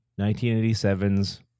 1987's